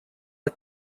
are